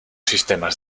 sistemas